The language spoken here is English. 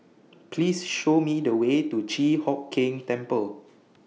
Please Show Me The Way to Chi Hock Keng Temple